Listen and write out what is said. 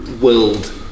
world